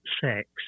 sex